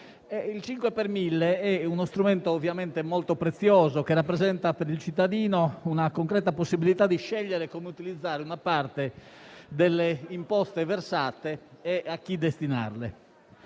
Il 5 per mille è ovviamente uno strumento molto prezioso, che rappresenta per il cittadino una concreta possibilità di scegliere come utilizzare una parte delle imposte versate e a chi destinarle.